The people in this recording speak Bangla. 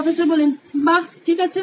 প্রফেসর বাহ ঠিক আছে